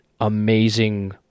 amazing